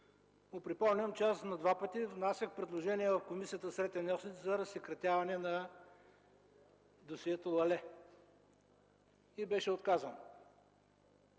му припомням, че аз два пъти внасях предложения в комисията „Сретен Йосич” за разсекретяване на досието „Лале” и беше отказано.